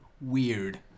weird